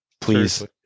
Please